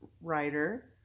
writer